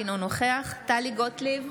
אינו נוכח טלי גוטליב,